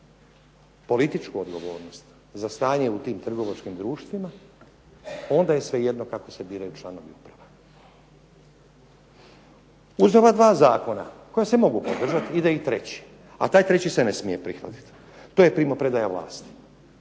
političku odgovornost za stanje u tim trgovačkim društvima onda je svejedno kako se biraju članovi uprava. Uz ova dva zakona koja se mogu podržati ide i treći, a taj treći se ne smije prihvatiti. To je primopredaja vlasti.